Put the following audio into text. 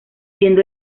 siendo